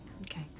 Okay